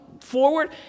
forward